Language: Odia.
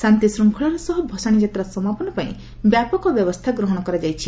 ଶାନ୍ତିଶୃଙ୍ଖଳାର ସହ ଭସାଶି ଯାତ୍ରା ସମାପନ ପାଇଁ ବ୍ୟାପକବ୍ୟବସ୍କା ଗ୍ରହଣ କରାଯାଇଛି